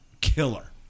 killer